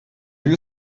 you